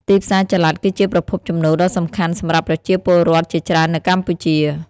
ទីផ្សារចល័តគឺជាប្រភពចំណូលដ៏សំខាន់សម្រាប់ប្រជាពលរដ្ឋជាច្រើននៅកម្ពុជា។